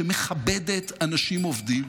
שמכבדת אנשים עובדים,